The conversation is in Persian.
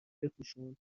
بپوشون